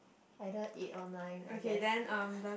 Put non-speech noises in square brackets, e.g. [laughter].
either eight or nine I guess [laughs]